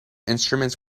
instruments